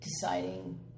deciding